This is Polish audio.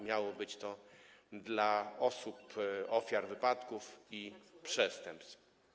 Miało to być dla osób, ofiar wypadków i przestępstw.